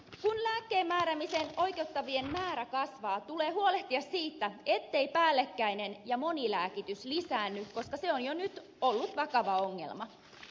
kun lääkkeenmääräämisoikeuden saavien määrä kasvaa tulee huolehtia siitä ettei päällekkäinen ja monilääkitys lisäänny koska se on jo nyt ollut vakava ongelma